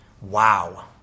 Wow